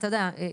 אתה-יודע,